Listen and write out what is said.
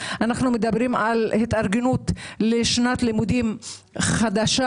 אנחנו מדברים על התארגנות לשנת לימודים חדשה,